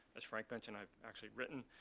as frank mentioned, i've actually written